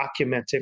documenting